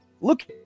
Look